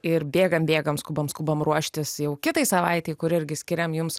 ir bėgam bėgam skubame skubame ruoštis jau kitai savaitei kur irgi skiriam jums